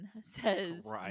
says